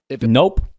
Nope